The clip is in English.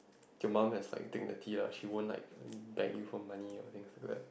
your mum has like think the tea lah she won't like beg you for money or things like